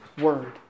word